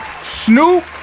Snoop